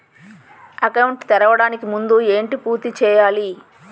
Account తెరవడానికి ముందు ఏంటి పూర్తి చేయాలి?